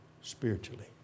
spiritually